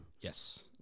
Yes